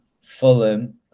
Fulham